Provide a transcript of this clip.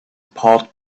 part